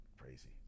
Crazy